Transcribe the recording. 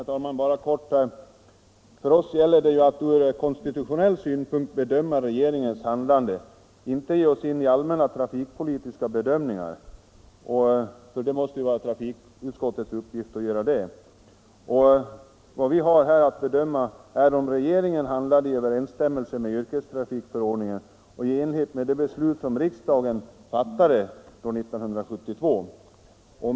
Herr talman! Bara några ord i korthet. För oss gäller det att från konstitutionell synpunkt bedöma regeringens handlande, inte att sätta oss in i allmänna trafikpolitiska bedömningar — det måste vara trafikutskottets uppgift att göra det. Vad vi här har att bedöma är om regeringen handlat i överensstämmelse med yrkestrafikförordningen och det beslut som riksdagen fattade år 1972.